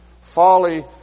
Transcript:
Folly